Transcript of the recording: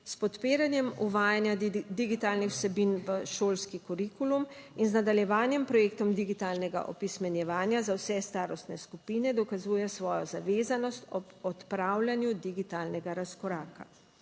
S podpiranjem uvajanja digitalnih vsebin v šolski kurikulum in z nadaljevanjem projektov digitalnega opismenjevanja za vse starostne skupine dokazuje svojo zavezanost ob odpravljanju digitalnega razkoraka.